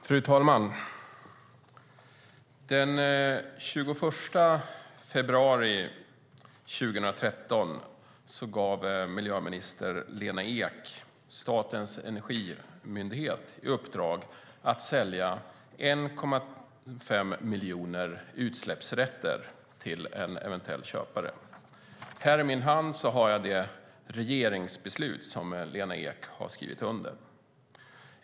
Fru talman! Den 21 februari 2013 gav miljöminister Lena Ek statens energimyndighet i uppdrag att sälja 1,5 miljoner utsläppsrätter till en eventuell köpare. Här i min hand har jag det regeringsbeslut som Lena Ek har skrivit under.